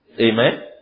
Amen